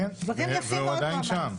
כן, והוא עדיין שם.